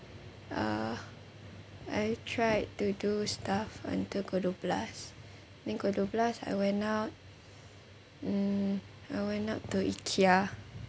uh I tried to do stuff until pukul dua belas then pukul dua belas I went out mm I went out to ikea